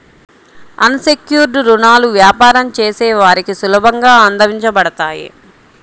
అన్ secured రుణాలు వ్యాపారం చేసే వారికి సులభంగా అందించబడతాయి